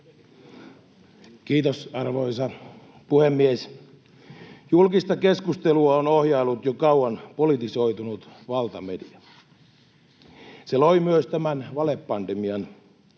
Kiitos, arvoisa puhemies! Julkista keskustelua on ohjaillut jo kauan politisoitunut valtamedia. Se loi myös tämän valepandemian.